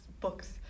books